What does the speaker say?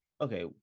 Okay